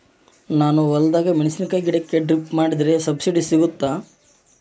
ನಾನು ಹೊಲದಾಗ ಮೆಣಸಿನ ಗಿಡಕ್ಕೆ ಡ್ರಿಪ್ ಮಾಡಿದ್ರೆ ಸಬ್ಸಿಡಿ ಸಿಗುತ್ತಾ?